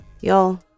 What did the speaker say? Y'all